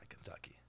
Kentucky